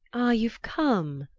ah, you've come!